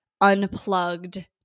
unplugged